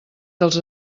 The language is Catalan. dels